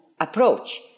approach